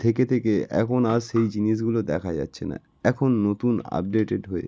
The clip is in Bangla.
থেকে থেকে এখন আর সেই জিনিসগুলো দেখা যাচ্ছে না এখন নতুন আপডেটেড হয়ে